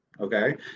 Okay